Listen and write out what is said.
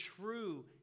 true